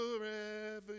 forever